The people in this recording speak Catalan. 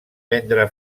vendre